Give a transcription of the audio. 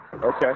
Okay